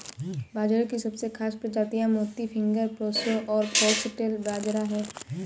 बाजरे की सबसे खास प्रजातियाँ मोती, फिंगर, प्रोसो और फोक्सटेल बाजरा है